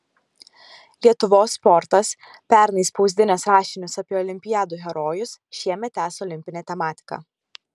lietuvos sportas pernai spausdinęs rašinius apie olimpiadų herojus šiemet tęs olimpinę tematiką